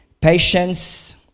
Patience